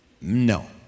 no